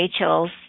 Rachel's